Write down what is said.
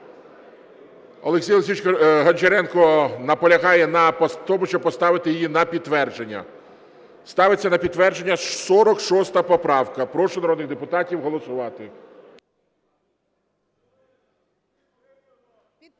Олексійович Гончаренко наполягає на тому, щоб поставити її на підтвердження. Ставиться на підтвердження 46 поправка. Прошу народних депутатів голосувати.